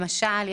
למשל,